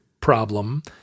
problem